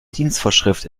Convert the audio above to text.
dienstvorschrift